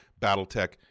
Battletech